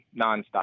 nonstop